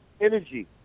energy